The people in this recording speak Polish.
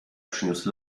przyniósł